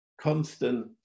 constant